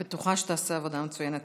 אני בטוחה שתעשה עבודה מצוינת.